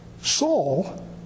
Saul